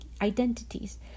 identities